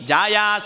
Jaya